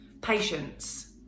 patience